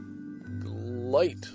light